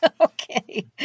Okay